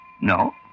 No